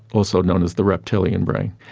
also known as the reptilian brain,